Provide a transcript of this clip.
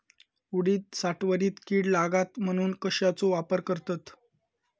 उडीद साठवणीत कीड लागात म्हणून कश्याचो वापर करतत?